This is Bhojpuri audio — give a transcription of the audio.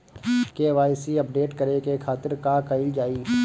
के.वाइ.सी अपडेट करे के खातिर का कइल जाइ?